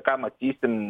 ką matysim